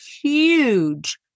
huge